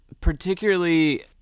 particularly